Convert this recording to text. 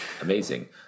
amazing